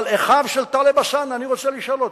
אבל אחיו של טלב אלסאנע, אני רוצה לשאול אותו: